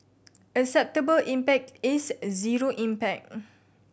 acceptable impact is a zero impact